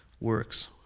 works